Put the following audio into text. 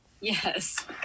yes